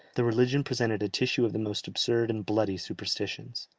the religion presented a tissue of the most absurd and bloody superstitions.